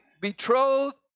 betrothed